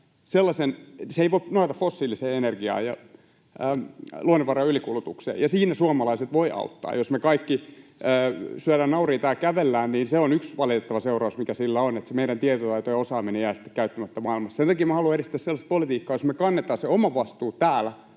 se ei voi nojata fossiiliseen energiaan ja luonnonvarojen ylikulutukseen, ja siinä suomalaiset voivat auttaa. Jos me kaikki syödään nauriita ja kävellään, niin sen yksi valitettava seuraus on, että meidän tietotaito ja osaaminen jäävät sitten käyttämättä maailmassa. Sen takia haluan edistää sellaista politiikkaa, jossa me kannetaan oma vastuu täällä